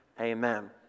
Amen